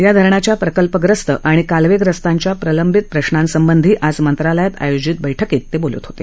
या धरणाच्या प्रकल्पग्रस्त आणि कालवेग्रस्तांच्या प्रलंबित प्रश्नांसंबंधी आज मंत्रालयात आयोजित बैठकीत ते आज बोलत होते